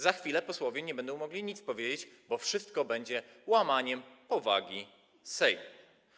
Za chwilę posłowie nie będą mogli nic powiedzieć, bo wszystko będzie łamaniem powagi Sejmu.